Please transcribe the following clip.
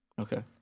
Okay